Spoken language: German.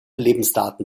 lebensdaten